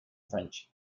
french